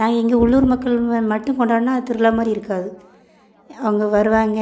நான் இங்கே உள்ளூர் மக்கள் மட்டும் கொண்டாடினா அது திருவிழா மாதிரி இருக்காது அவங்க வருவாங்க